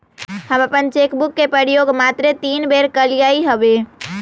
हम अप्पन cheque book के प्रयोग मातरे तीने बेर कलियइ हबे